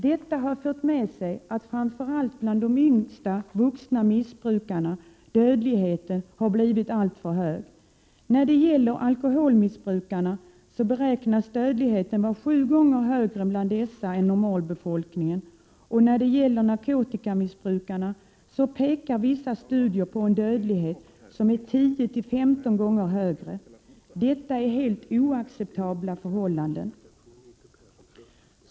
Detta har medfört att dödligheten bland framför allt de yngsta vuxna missbrukarna är alltför hög. Dödligheten bland alkoholmissbrukare beräknas vara sju gånger högre än i normalbefolkningen, och studier visar att dödligheten bland narkotikamissbrukarna i vissa fall är 10-15 gånger högre. Dessa förhållanden är oacceptabla!